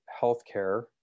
healthcare